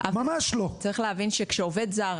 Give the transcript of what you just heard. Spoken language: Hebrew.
צריך להבין שכשעובד זר,